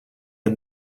est